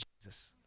Jesus